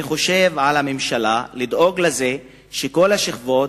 אני חושב שעל הממשלה לדאוג לזה שכל השכבות